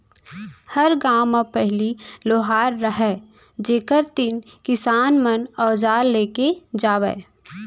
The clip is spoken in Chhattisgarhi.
हर गॉंव म पहिली लोहार रहयँ जेकर तीन किसान मन अवजार लेके जावयँ